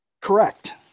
Correct